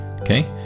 Okay